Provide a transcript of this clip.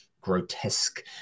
grotesque